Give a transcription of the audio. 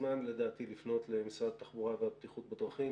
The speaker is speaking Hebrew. זמן לדעתי לפנות למשרד התחבורה והבטיחות בדרכים.